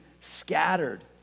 scattered